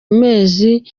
amezi